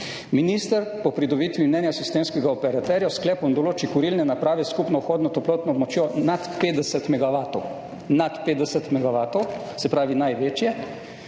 Minister po pridobitvi mnenja sistemskega operaterja s sklepom določi kurilne naprave s skupno vhodno toplotno močjo nad 50 megavatov, nad 50 megavatov, se pravi največje,